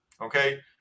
Okay